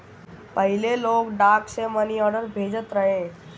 पहिले लोग डाक से मनीआर्डर भेजत रहे